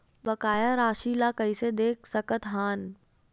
बकाया राशि ला कइसे देख सकत हान?